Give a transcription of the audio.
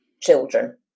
children